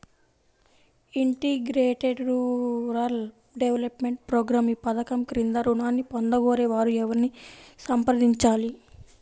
Integrated rural development programme ఈ పధకం క్రింద ఋణాన్ని పొందగోరే వారు ఎవరిని సంప్రదించాలి?